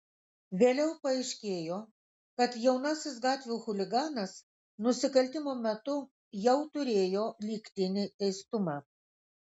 vėliau paaiškėjo kad jaunasis gatvių chuliganas nusikaltimo metu jau turėjo lygtinį teistumą